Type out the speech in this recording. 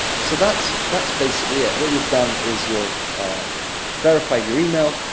so, that's that's basically it. what you've done, is you've verified your email,